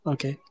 Okay